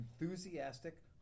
enthusiastic